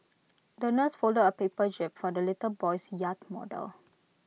the nurse folded A paper jib for the little boy's yacht model